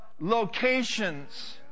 locations